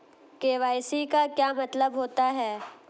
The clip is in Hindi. के.वाई.सी का क्या मतलब होता है?